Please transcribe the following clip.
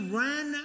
ran